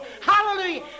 Hallelujah